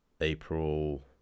April